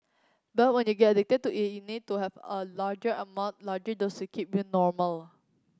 but when you get addicted to it you need to have a larger amount larger dose to keep you normal